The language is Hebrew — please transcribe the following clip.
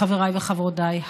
חבריי וחברותיי,